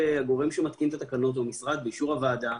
הגורם שמתקין את התקנות הוא המשרד באישור הוועדה.